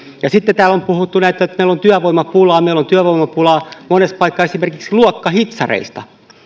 pitkään sitten täällä on puhuttu siitä että meillä on työvoimapula meillä on työvoimapula monessa paikassa esimerkiksi luokkahitsareista